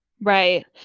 Right